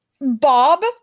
Bob